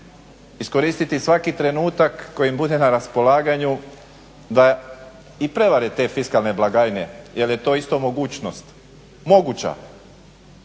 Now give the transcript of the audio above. iskoristiti svaki trenutak koji im bude na raspolaganju da i prevare te fiskalne blagajne, jer je to isto mogućnost moguća,